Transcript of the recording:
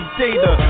data